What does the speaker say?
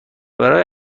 برای